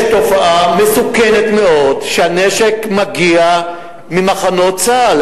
יש תופעה מסוכנת מאוד שהנשק מגיע ממחנות צה"ל.